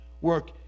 work